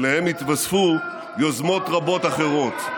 אליהם יתווספו יוזמות רבות אחרות.